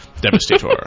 devastator